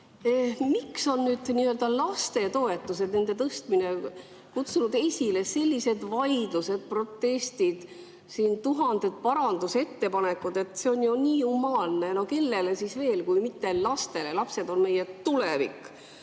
miks on nüüd lastetoetused, nende tõstmine kutsunud esile sellised vaidlused, protestid ja tuhanded parandusettepanekud? See on ju nii humaanne. No kellele siis veel kui mitte lastele? Lapsed on meie tulevik.